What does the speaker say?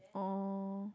oh